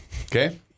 Okay